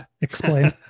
explain